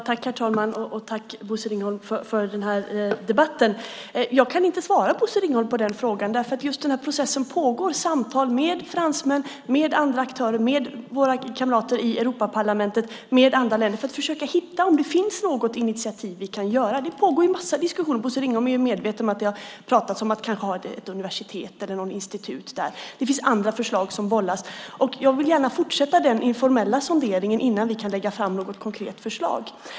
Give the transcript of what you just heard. Herr talman! Tack, Bosse Ringholm, för den här debatten! Jag kan inte svara på Bosse Ringholms frågor, för det pågår just en process med samtal med fransmän, med andra aktörer, med våra kamrater i Europaparlamentet, med andra länder för att försöka se om det finns något initiativ som vi kan ta. Det pågår en massa diskussioner. Bosse Ringholm är medveten om att det har pratats om att kanske ha ett universitet eller något institut i lokalerna. Det finns även andra förslag som bollas. Jag vill gärna fortsätta den informella sonderingen innan vi kan lägga fram ett konkret förslag.